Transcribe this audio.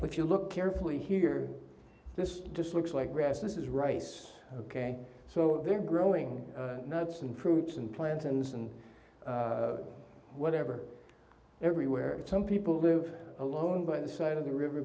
but you look carefully here this just looks like grass this is rice ok so they're growing nuts and fruits and plantains and whatever everywhere some people live alone by the side of the river